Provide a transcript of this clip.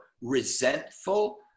resentful